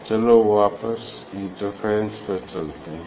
चलो वापस हम इंटरफेरेंस पर चलते हैं